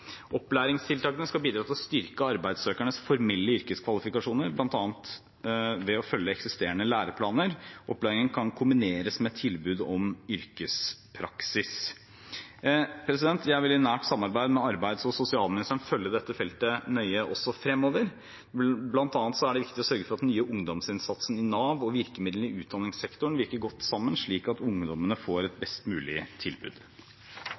Opplæringstiltakene skal bidra til å styrke arbeidssøkernes formelle yrkeskvalifikasjoner, bl.a. ved å følge eksisterende læreplaner. Opplæringen kan kombineres med tilbud om yrkespraksis. Jeg vil i nært samarbeid med arbeids- og sosialministeren følge dette feltet nøye også fremover. Det er bl.a. viktig å sørge for at den nye ungdomsinnsatsen i Nav og virkemidlene i utdanningssektoren virker godt sammen, slik at ungdommene får et best mulig tilbud.